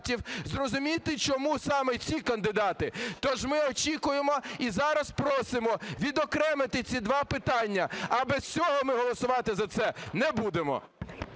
зрозуміти, чому саме ці кандидати. Тож ми очікуємо і зараз просимо відокремити ці два питання. А без цього ми голосувати за це не будемо.